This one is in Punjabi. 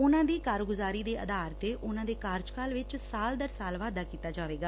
ਉਨੂਾ ਦੀ ਕਾਰਗੁਜ਼ਾਰੀ ਦੇ ਆਧਾਰ ਤੇ ਉਨੂਾ ਦੇ ਕਾਰਜਕਾਲ ਵਿਚ ਸਾਲ ਦਰ ਸਾਲ ਵਾਧਾ ਕੀਤਾ ਜਾਵੇਗਾ